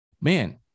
man